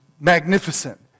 magnificent